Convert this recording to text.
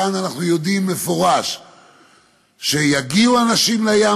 כאן אנחנו יודעים במפורש שיגיעו אנשים לים,